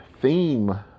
theme